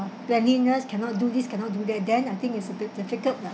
cleanliness cannot do this cannot do that then I think it's a bit difficult lah